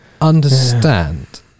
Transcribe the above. understand